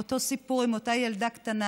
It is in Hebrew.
ואותו סיפור עם אותה ילדה קטנה,